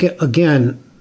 again